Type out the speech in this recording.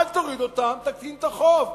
אל תוריד אותם, תקטין את החוב.